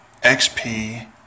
XP